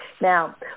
Now